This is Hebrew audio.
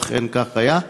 אכן כך היה.